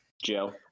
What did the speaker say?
Joe